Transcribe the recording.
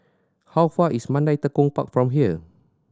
how far away is Mandai Tekong Park from here